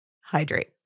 hydrate